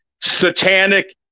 satanic